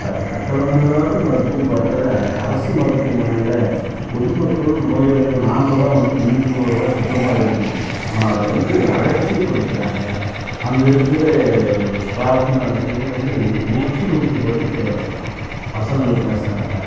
கட்டணமில்லாத மருத்துவம் பார்க்கிற அரசு மருத்துவமனையில் பொதுமக்கள் நோயாளிகள் நாம்தான் வந்து விழிப்புணர்வாக சுத்தமாக இருக்கணும் ஆனால் அதை வந்து அலட்சியப் படுத்துகிறாங்க அங்கே இருக்கிற ஸ்டாப் நர்ஸ்களும் வந்து எரிச்சலூட்டும்படி பே வசனங்கள் பேசுகிறாங்க